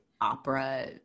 opera